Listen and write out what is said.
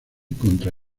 contra